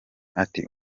ati